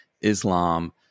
Islam